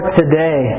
today